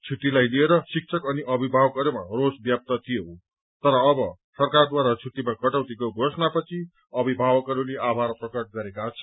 छुट्टीलाई लिएर शिक्षक अनि अभिमावकहरूमा रोष व्याप्त थियो अब सरकारद्वारा छुट्टीमा कटौतीको घोषणा पछि अभिभावकहरूले आभार प्रकट गरेका छन्